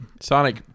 Sonic